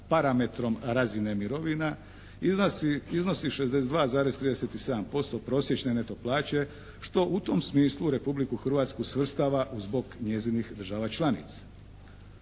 parametrom razine mirovina iznosi 62,37% prosječne neto plaće što u tom smislu Republiku Hrvatsku svrstava uz bok njezinih država članica.